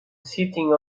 sitting